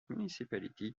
municipality